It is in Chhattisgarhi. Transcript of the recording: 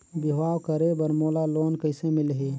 बिहाव करे बर मोला लोन कइसे मिलही?